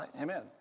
Amen